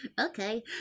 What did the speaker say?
okay